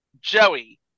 Joey